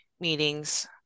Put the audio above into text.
meetings